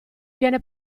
viene